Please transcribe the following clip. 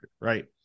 Right